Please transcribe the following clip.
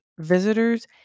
visitors